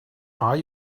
are